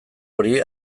hori